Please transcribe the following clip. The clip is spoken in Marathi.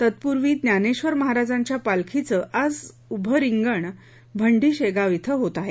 तत्पूर्वी ज्ञानेश्वर महाराजांच्या पालखीचं उभं रिंगण भंडीशेगाव इथं होत आहे